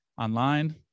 Online